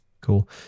Cool